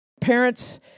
parents